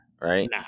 right